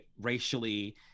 racially